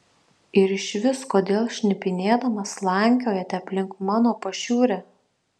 ir išvis kodėl šnipinėdamas slankiojate aplink mano pašiūrę